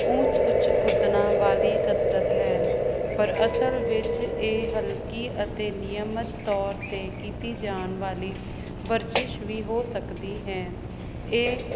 ਊਂਚ ਉੱਚ ਕੁੱਦਣਾ ਵਾਲੀ ਕਸਰਤ ਹੈ ਪਰ ਅਸਲ ਵਿੱਚ ਇਹ ਹਲਕੀ ਅਤੇ ਨਿਯਮਤ ਤੌਰ 'ਤੇ ਕੀਤੀ ਜਾਣ ਵਾਲੀ ਵਰਜਿਸ਼ ਵੀ ਹੋ ਸਕਦੀ ਹੈ ਇਹ